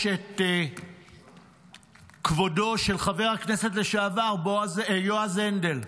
את כבודו של חבר הכנסת לשעבר יועז הנדל.